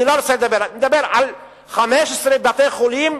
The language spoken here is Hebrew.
אני מדבר על 15 בתי-חולים,